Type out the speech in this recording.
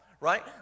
Right